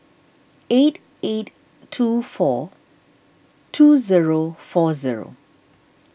eight eight two four two zero four zero